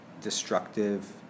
destructive